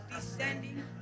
descending